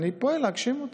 אני פועל להגשים אותה.